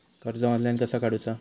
कर्ज ऑनलाइन कसा काडूचा?